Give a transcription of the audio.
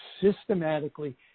systematically